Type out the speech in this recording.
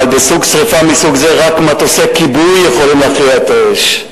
אבל בשרפה מסוג זה רק מטוסי כיבוי יכולים להכריע את האש.